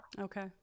Okay